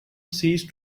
ceased